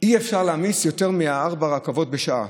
אי-אפשר להעמיס יותר מארבע רכבות בשעה